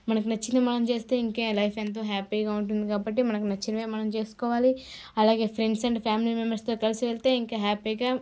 మనకి నచ్చింది మనం చేస్తే ఇంకే లైఫ్ ఎంతో హ్యాపీగా ఉంటుంది కాబట్టి మనకి నచ్చినవే మనం చేసుకోవాలి అలాగే ఫ్రెండ్స్ అండ్ ఫ్యామిలీ మెంబర్స్తో కలిసి వెళితే ఇంకా హ్యాపీగా